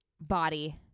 Body